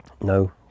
no